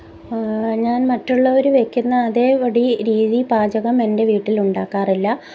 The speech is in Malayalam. ഞാൻ മറ്റുള്ളവർ വയ്ക്കുന്ന അതേപടി രീതി പാചകം എന്റെ വീട്ടിൽ ഉണ്ടാക്കാറില്ല